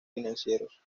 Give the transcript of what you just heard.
financieros